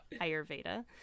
Ayurveda